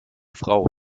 frau